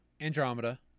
Andromeda